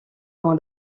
dans